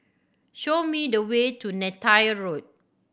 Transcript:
show me the way to Neythai Road